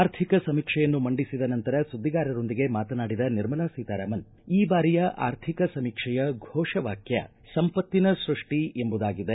ಆರ್ಥಿಕ ಸಮೀಕ್ಷೆಯನ್ನು ಮಂಡಿಸಿದ ನಂತರ ಸುದ್ದಿಗಾರರೊಂದಿಗೆ ಮಾತನಾಡಿದ ನಿರ್ಮಲಾ ಸೀತಾರಾಮನ್ ಈ ಬಾರಿಯ ಅರ್ಧಿಕ ಸಮೀಕ್ಷೆಯ ಘೋಷವಾಕ್ಕ ಸಂಪತ್ತಿನ ಸೃಷ್ಟಿ ಎಂಬುದಾಗಿದೆ